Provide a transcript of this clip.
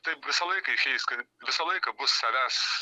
taip visą laiką išeis kad visą laiką bus savęs